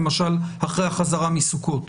למשל אחרי החזרה מסוכות.